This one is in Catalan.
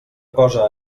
cosa